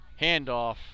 Handoff